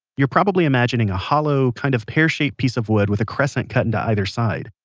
you're probably imagining a hollow, kind of pear shaped piece of wood with a crescent cut into either side.